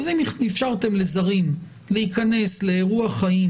אם אפשרתם לזרים להיכנס לאירוע חיים